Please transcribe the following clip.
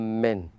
Amen